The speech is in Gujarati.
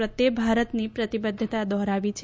પ્રત્યે ભારતની પ્રતિબદ્વતા દોહરાવી છે